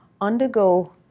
undergo